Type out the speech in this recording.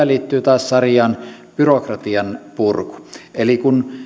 liittyy taas sarjaan byrokratian purku eli kun